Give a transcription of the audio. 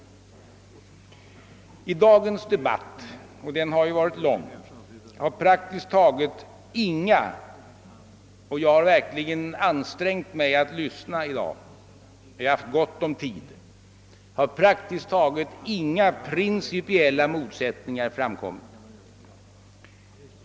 I dagens debatt — och den har ju varit lång — har praktiskt taget inga principiella motsättningar framkommit. Jag kan säga detta därför att jag i dag verkligen ansträngt mig att lyssna och jag har haft gott om tid.